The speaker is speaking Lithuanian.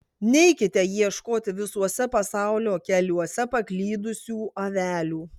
neikite ieškoti visuose pasaulio keliuose paklydusių avelių